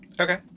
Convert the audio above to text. Okay